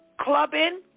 Clubbing